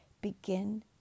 begin